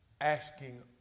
asking